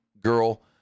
girl